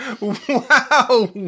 Wow